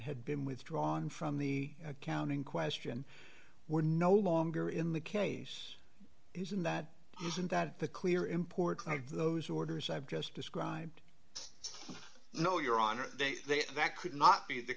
had been withdrawn from the accounting question were no longer in the case isn't that isn't that the clear important of those orders i've just described you know your honor they that could not be the